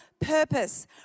purpose